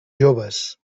joves